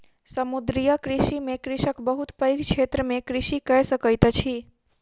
समुद्रीय कृषि में कृषक बहुत पैघ क्षेत्र में कृषि कय सकैत अछि